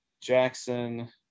jackson